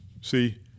See